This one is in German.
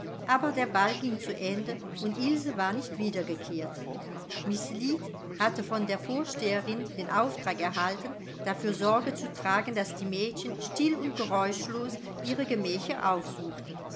aber der ball ging zu ende und ilse war nicht wiedergekehrt miß lead hatte von der vorsteherin den auftrag erhalten dafür sorge zu tragen daß die mädchen still und geräuschlos ihre gemächer aufsuchten